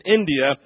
India